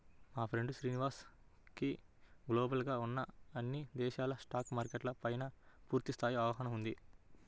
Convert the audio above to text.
మా ఫ్రెండు శ్రీనివాస్ కి గ్లోబల్ గా ఉన్న అన్ని దేశాల స్టాక్ మార్కెట్ల పైనా పూర్తి స్థాయి అవగాహన ఉంది